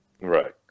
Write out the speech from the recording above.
Right